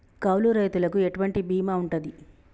కౌలు రైతులకు ఎటువంటి బీమా ఉంటది?